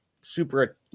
super